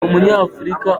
umunyafurika